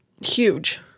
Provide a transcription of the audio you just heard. huge